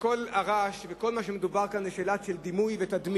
שכל הרעש וכל מה שמדובר כאן זה שאלה של דימוי ותדמית.